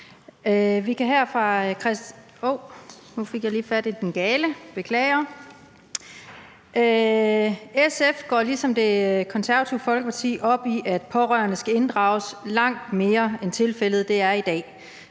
SF går ligesom Det Konservative Folkeparti op i, at pårørende skal inddrages langt mere, end tilfældet er i dag.